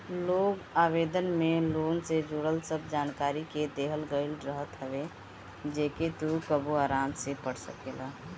loan आवेदन में loan से जुड़ल सब जानकरी के देहल गईल रहत हवे जेके तू कबो आराम से पढ़ सकेला